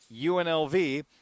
UNLV